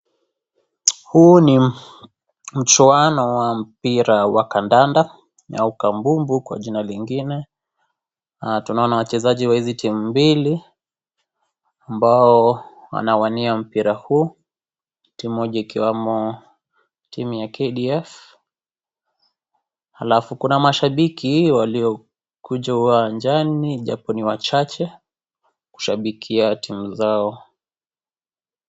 Huu ni mchuano wa mpira wa kandanda au kabumbu kwa jina lingine , tunaona wachezaji wa hizi team mbili ambao wanawania mpira huu team moja ikiwamo team ya KDF alafu kuna mashabiki walio kuja uwanjani japo ni wachache kushabikia timu zao.